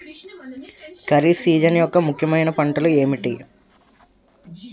Kharif season యెక్క ముఖ్యమైన పంటలు ఏమిటీ?